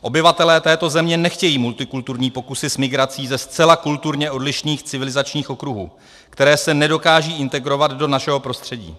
Obyvatelé této země nechtějí multikulturní pokusy s migrací ze zcela kulturně odlišných civilizačních okruhů, které se nedokážou integrovat do našeho prostředí.